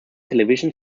television